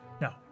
No